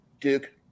Duke